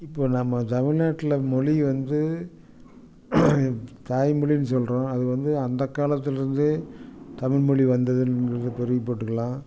இப்போது நம்ம தமிழ்நாட்டில் மொழி வந்து தாய் மொழின்னு சொல்கிறோம் அது வந்து அந்த காலத்துலேருந்தே தமிழ் மொழி வந்தது பெருமை பட்டுக்கலாம்